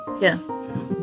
Yes